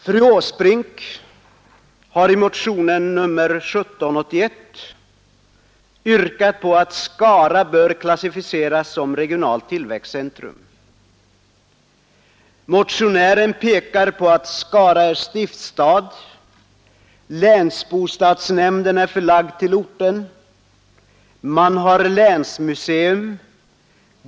Fru Åsbrink har i motionen 1781 yrkat att Skara bör klassificeras som regionalt centrum. Motionären pekar på att Skara är stiftsstad, att länsbostadsnämnden är förlagd till orten och att man har ett länsmuseum.